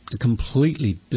completely